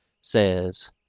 says